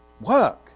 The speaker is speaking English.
work